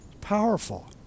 Powerful